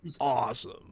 awesome